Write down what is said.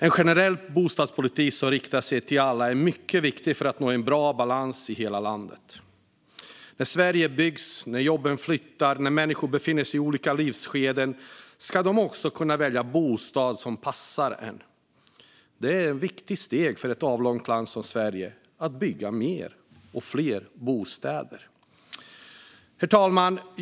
En generell bostadspolitik som riktas till alla är mycket viktig för att nå en bra balans i hela landet. När Sverige byggs, när jobben flyttar och när människor befinner sig i olika livsskeden ska de kunna välja en bostad som passar. Det är viktigt för ett avlångt land som Sverige att bygga mer och fler bostäder. Herr talman!